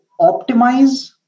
optimize